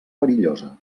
perillosa